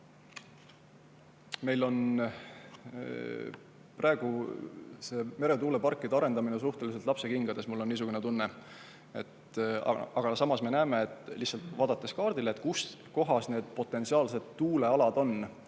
Meil on praegu see meretuuleparkide arendamine suhteliselt lapsekingades, mul on niisugune tunne. Aga samas me näeme, lihtsalt kaarti vaadates, kus kohas potentsiaalsed tuulealad on,